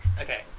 Okay